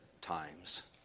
times